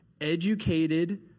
educated